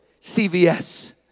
CVS